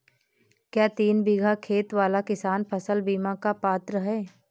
क्या तीन बीघा खेत वाला किसान फसल बीमा का पात्र हैं?